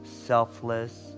selfless